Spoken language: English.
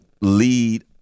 lead